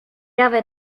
avait